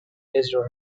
israel